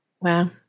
wow